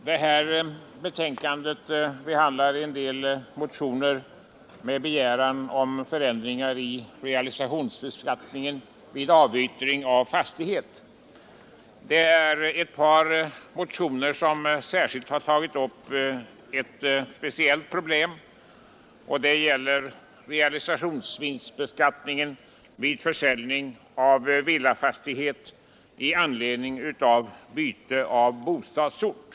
Herr talman! Detta betänkande behandlar en del motioner med begäran om förändringar i realisationsvinstbeskattningen vid avyttring av fastighet. Ett par motioner har tagit upp ett speciellt problem, nämligen realisationsvinstbeskattningen vid försäljning av villafastighet i anledning av byte av bostadsort.